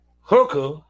Hooker